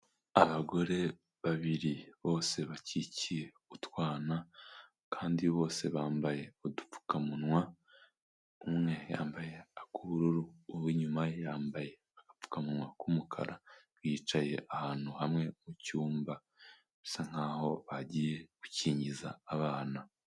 Abagore babiri bose bakikiye utwana kandi bose bambaye udupfukamunwa, umwe yambaye ak'ubururu uw'inyuma yambaye agapfukamunwa k'umukara. Bicaye ahantu hamwe mu cyumba bisa nk'aho bagiye gukingiza abana.